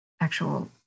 actual